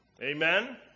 Amen